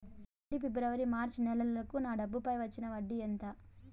జనవరి, ఫిబ్రవరి, మార్చ్ నెలలకు నా డబ్బుపై వచ్చిన వడ్డీ ఎంత